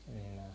சரிங்களா